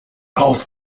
auf